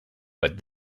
but